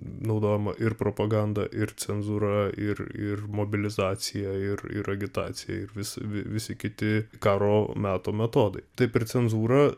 naudojama ir propaganda ir cenzūra ir ir mobilizacija ir ir agitacija ir vis visi kiti karo meto metodai taip ir cenzūra